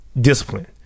discipline